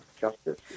justice